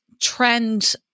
trend